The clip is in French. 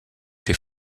des